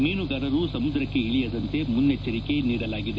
ಮೀನುಗಾರರು ಸಮುದ್ರಕ್ಕೆ ಇಳಿಯದಂತೆ ಮುನ್ನೆಚ್ಚರಿಕೆ ನೀಡಲಾಗಿದೆ